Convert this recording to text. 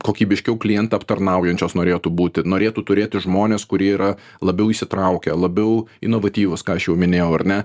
kokybiškiau klientą aptarnaujančios norėtų būti norėtų turėti žmones kurie yra labiau įsitraukę labiau inovatyvūs ką aš jau minėjau ar ne